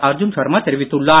அர்ஜுன் ஷர்மா தெரிவித்துள்ளார்